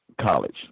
college